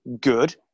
good